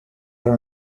are